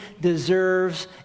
deserves